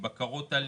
בקרות על